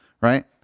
Right